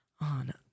on